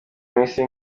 minisitiri